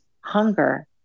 hunger